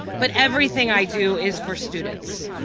but everything i do is for students.